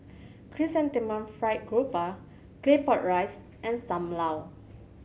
Chrysanthemum Fried Garoupa Claypot Rice and Sam Lau